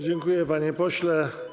Dziękuję, panie pośle.